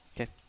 Okay